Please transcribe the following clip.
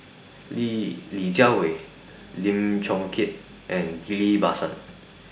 Li Li Jiawei Lim Chong Keat and Ghillie BaSan